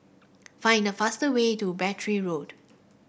find the faster way to Battery Road